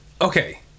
Okay